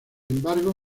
embargo